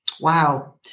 Wow